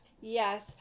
Yes